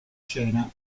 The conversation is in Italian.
scena